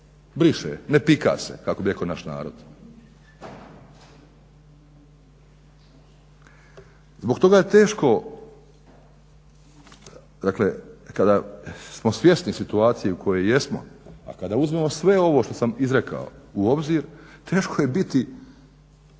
briše, ne pika se kako bi rekao naš narod. Zbog toga je teško, dakle kada smo svjesni situacije u kojoj jesmo, a kada uzmemo sve ovo što sam izrekao u obzir teško je biti,